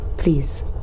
Please